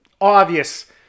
obvious